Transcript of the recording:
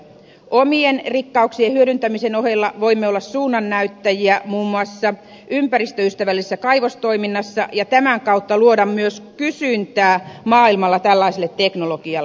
omien rikkauksien hyödyntämisen ohella voimme olla suunnannäyttäjiä muun muassa ympäristöystävällisessä kaivostoiminnassa ja tämän kautta luoda myös kysyntää maailmalla tällaiselle teknologialle